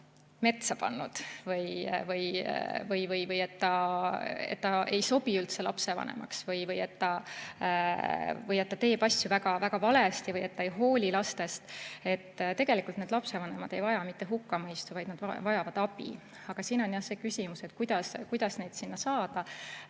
et ta ei sobi üldse lapsevanemaks või et ta teeb asju väga-väga valesti või et ta ei hooli lastest, siis tegelikult need lapsevanemad ei vaja mitte hukkamõistu, vaid nad vajavad abi. Aga siin on jah see küsimus, et kuidas sinna saada.